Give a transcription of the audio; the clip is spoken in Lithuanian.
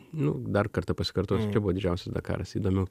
nu dar kartą pasikartosiu čia buvo didžiausias dakaras įdomiau